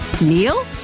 Neil